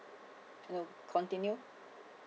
no continue